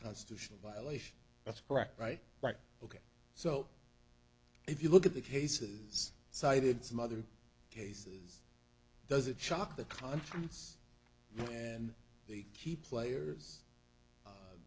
constitutional violation that's correct right right ok so if you look at the cases cited some other cases does it shock the conscience and the key players